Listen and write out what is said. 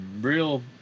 real